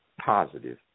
Positive